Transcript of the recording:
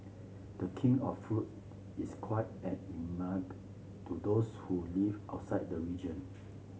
the King of Fruit is quite an to those who live outside the region